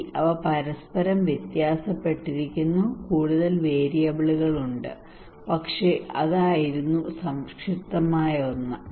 ശരി അവ പരസ്പരം വ്യത്യാസപ്പെട്ടിരിക്കുന്നു കൂടുതൽ വേരിയബിളുകൾ ഉണ്ട് പക്ഷേ അതായിരുന്നു സംക്ഷിപ്തമായ ഒന്ന്